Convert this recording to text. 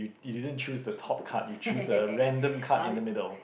you didn't choose the top card you choose a random card in the middle